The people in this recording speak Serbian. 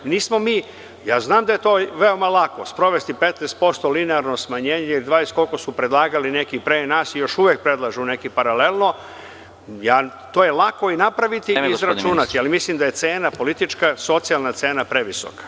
Znam da je veoma lako sprovesti 15% linearno smanjenje ili 20, koliko su predlagali neki pre nas i još uvek predlažu neki paralelno, to je lako i napraviti i izračunati, ali mislim da je cena politička, socijalna cena, previsoka.